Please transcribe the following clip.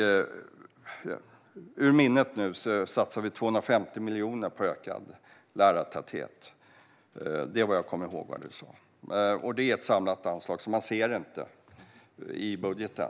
Vad jag kommer ihåg satsar vi 250 miljoner på ökad lärartäthet. Detta är ett samlat anslag, så man ser det inte i budgeten.